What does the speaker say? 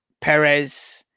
Perez